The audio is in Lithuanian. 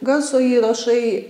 garso įrašai